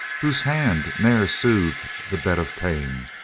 whose hand ne'er smooth'd the bed of pain,